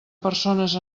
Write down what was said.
persones